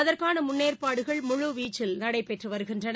அதற்கான முன்னேற்பாடுகள் முழுவீச்சில் நடைபெற்று வருகின்றன